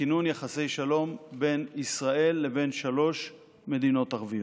לכינון יחסי שלום בין ישראל לבין שלוש מדינות ערביות.